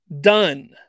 done